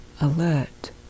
alert